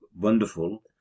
wonderful